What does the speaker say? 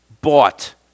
bought